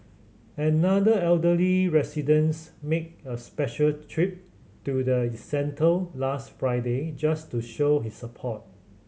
another elderly residence made a special trip to the centre last Friday just to show his support